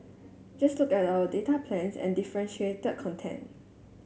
just look at our data plans and differentiated content